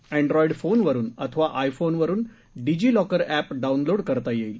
अँड्रॉड्ड फोनवरून अथवा आयफोन वरून डिजीलॉकर अॅप डाऊनलोड करता येईल